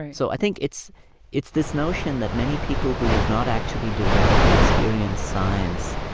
and so i think it's it's this notion that many people who have not actually directly experienced science